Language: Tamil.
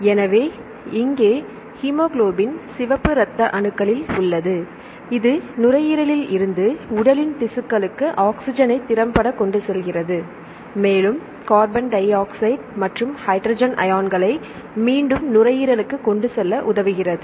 எனவே இங்கே ஹீமோகுளோபின் சிவப்பு இரத்த அணுக்களில் உள்ளது இது நுரையீரலில் இருந்து உடலின் திசுக்களுக்கு ஆக்ஸிஜனை திறம்பட கொண்டு செல்கிறது மேலும் கார்பன் டை ஆக்சைடு மற்றும் ஹைட்ரஜன் அயான்களை மீண்டும் நுரையீரலுக்கு கொண்டு செல்ல உதவுகிறது